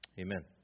Amen